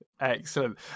Excellent